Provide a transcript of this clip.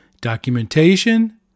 Documentation